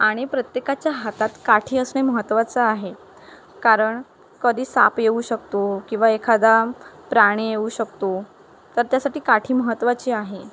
आणि प्रत्येकाच्या हातात काठी असणे महत्त्वाचं आहे कारण कधी साप येऊ शकतो किंवा एखादा प्राणी येऊ शकतो तर त्यासाठी काठी महत्त्वाची आहे